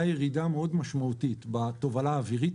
ירידה מאוד משמעותית בתובלה האווירית.